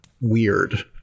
weird